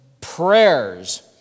prayers